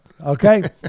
Okay